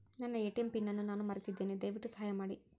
ನನ್ನ ATM pin ಅನ್ನು ನಾನು ಮರೆತಿದ್ದೇನೆ, ದಯವಿಟ್ಟು ಸಹಾಯ ಮಾಡಿ